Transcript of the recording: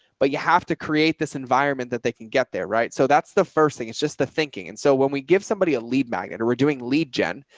but you have to create this environment that they can get there. right. so that's the first thing. it's just the thinking. and so when we give somebody a lead magnet and we're doing lead gen,